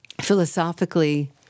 philosophically